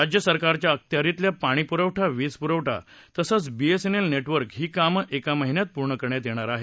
राज्य सरकारच्या अखत्यारीतली पाणी पुरवठा वीज पुरवठा तसंच बीएसएनएल नेटवर्क ही काम एक महिन्यात पूर्ण करण्यात येणार आहेत